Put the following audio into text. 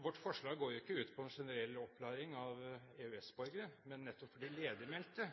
Vårt forslag går ikke ut på en generell opplæring av EØS-borgere, men nettopp av de ledigmeldte,